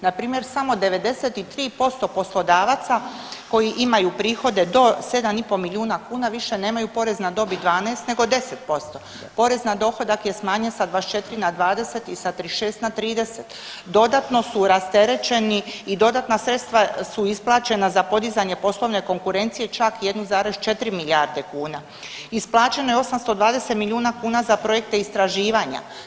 Npr. samo 93% poslodavaca koji imaju prihode do 7,5 milijuna kuna više nemaju porez na dobit 12 nego 10%, porez na dohodak je smanjen sa 24 na 20 i sa 36 na 30, dodatno su rasterećeni i dodatna sredstva su isplaćena za podizanje poslovne konkurencije čak 1,4 milijarde kuna, isplaćeno je 820 milijuna kuna za projekte istraživanja.